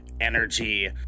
energy